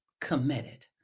committed